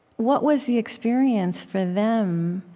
what was the experience, for them,